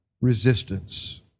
resistance